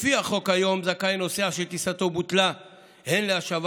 לפי החוק היום זכאי נוסע שטיסתו בוטלה הן להשבת